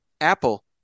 Apple